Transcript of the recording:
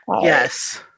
Yes